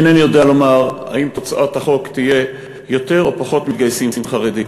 אני אינני יודע לומר אם תוצאת החוק תהיה יותר או פחות מתגייסים חרדים.